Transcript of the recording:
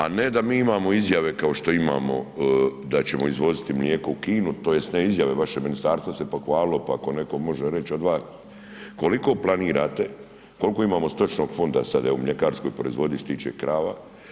A ne da mi imamo izjave kao što imamo, da ćemo izvoziti mlijeko u Kinu, tj. ne izjave, vaše ministarstvo se pohvalilo, pa ako netko može reći od vas koliko planirate, koliko imamo stočnog fonda sad evo, mljekarske proizvodnje što se tiče krava.